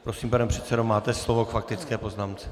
Prosím, pane předsedo, máte slovo k faktické poznámce.